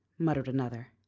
muttered another,